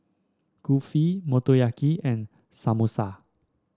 Kulfi Motoyaki and Samosa